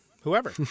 whoever